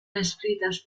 escritas